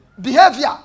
behavior